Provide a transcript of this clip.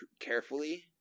carefully